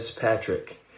Patrick